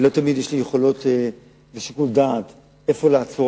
ולא תמיד יש לי יכולת ושיקול דעת איפה לעצור,